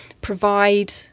provide